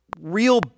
real